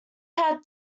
had